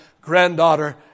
granddaughter